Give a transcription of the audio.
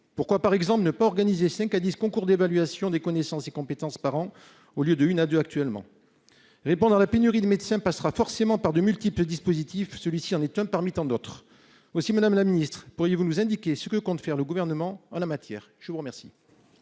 Pourquoi, par exemple, ne pas organiser cinq à dix concours d'évaluation des connaissances et compétences par an, au lieu de un à deux actuellement ? Répondre à la pénurie de médecins passera forcément par de multiples dispositifs. Celui-ci en est un parmi tant d'autres. Aussi, madame la ministre, pourriez-vous nous indiquer ce que compte faire le Gouvernement en la matière ? La parole